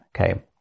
Okay